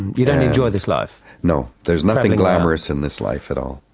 you don't enjoy this life. no, there's nothing glamorous in this life at all.